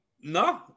No